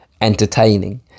entertaining